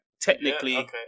technically